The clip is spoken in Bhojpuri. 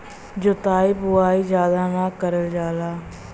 जोताई बहुत जादा ना करल जाला